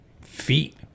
feet